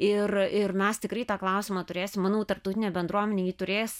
ir ir mes tikrai tą klausimą turėsim manau tarptautinė bendruomenė jį turės